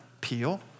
peel